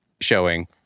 showing